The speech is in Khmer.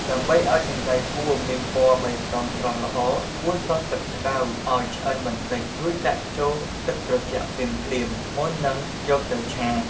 ដើម្បីឱ្យសណ្ដែកគួរមានពណ៌បៃតងស្រស់ល្អ គួរស្រុះទឹកក្ដៅឱ្យឆ្អិនបន្តិច រួចដាក់ចូលទឹកត្រជាក់ភ្លាមៗ មុននឹងយកទៅឆា។